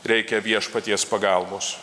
reikia viešpaties pagalbos